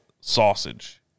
sausage